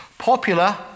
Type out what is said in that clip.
Popular